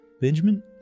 Benjamin